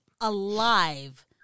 alive